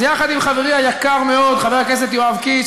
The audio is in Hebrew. אז יחד עם חברי היקר מאוד חבר הכנסת יואב קיש,